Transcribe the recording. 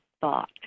thought